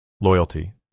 Loyalty